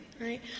right